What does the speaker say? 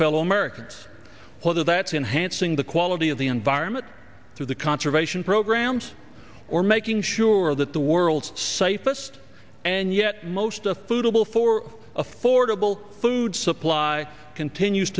fellow americans whether that's in hansing the quality of the environment through the conservation programs or making sure that the world's safest and yet most a food a bill for affordable food supply continues